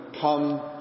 come